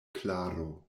klaro